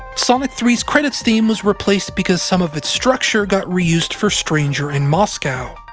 sonic three s credits theme was replaced because some of its structure got reused for stranger in moscow,